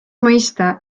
mõista